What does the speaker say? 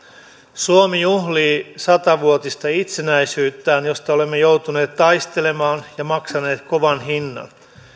suomi juhlii sata vuotista itsenäisyyttään josta olemme joutuneet taistelemaan ja maksaneet kovan hinnan